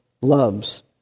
loves